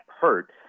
hurt